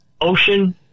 Ocean